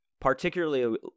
particularly